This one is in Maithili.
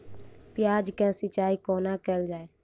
प्याज केँ सिचाई कोना कैल जाए?